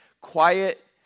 quiet